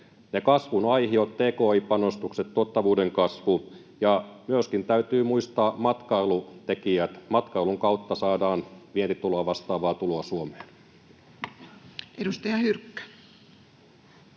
kasvun aihiot, tki-panostukset, tuottavuuden kasvu. Ja täytyy muistaa myöskin matkailutekijät. Matkailun kautta saadaan vientituloa vastaavaa tuloa Suomeen. [Speech 183]